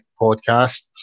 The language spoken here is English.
podcast